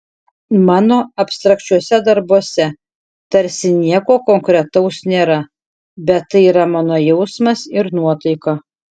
mano abstrakčiuose darbuose tarsi nieko konkretaus nėra bet tai yra mano jausmas ir nuotaika